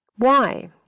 why?